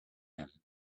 him